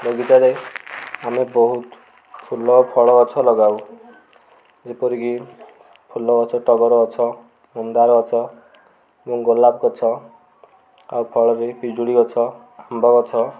ବଗିଚାରେ ଆମେ ବହୁତ ଫୁଲ ଗଛ ଫଳ ଗଛ ଲଗାଉ ଯେପରି କି ଫୁଲ ଗଛ ଟଗର ଗଛ ମନ୍ଦାର ଗଛ ଏବଂ ଗୋଲାପ ଗଛ ଆଉ ଫଳ ରେ ପିଜୁଳି ଗଛ ଆମ୍ବ ଗଛ